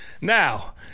Now